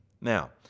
Now